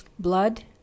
Blood